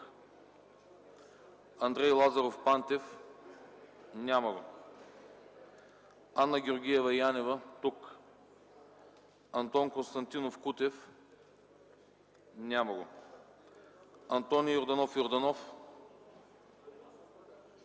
Андрей Лазаров Пантев - тук Анна Георгиева Янева - тук Антон Константинов Кутев - тук Антоний Йорданов Йорданов